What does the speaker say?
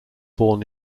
born